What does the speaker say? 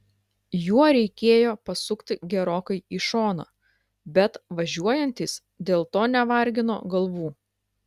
juo reikėjo pasukti gerokai į šoną bet važiuojantys dėl to nevargino galvų